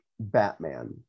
Batman